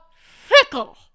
fickle